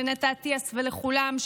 לנטע אטיאס ולכולם,